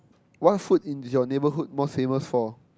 what food in your neighbourhood most famous for